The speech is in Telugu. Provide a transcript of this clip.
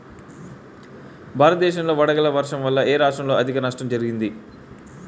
భారతదేశం లో వడగళ్ల వర్షం వల్ల ఎ రాష్ట్రంలో అధిక నష్టం జరిగింది?